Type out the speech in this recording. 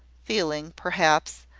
feeling, perhaps,